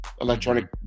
electronic